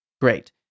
Great